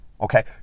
Okay